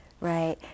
Right